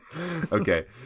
Okay